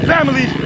Family